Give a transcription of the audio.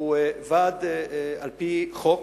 הוא ועד על-פי חוק,